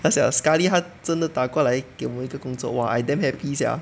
ya sia sekali 他真的打过来给我一个工作 !wah! I damn happy sia